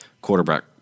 quarterback